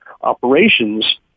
operations